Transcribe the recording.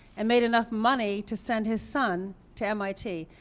and made enough money to send his son to mit.